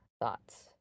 thoughts